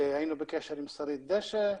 היינו בקשר עם שרית דשא.